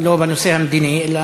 לא בנושא המדיני אלא כאן.